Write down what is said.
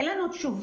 אין לנו תשובה,